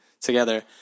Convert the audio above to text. together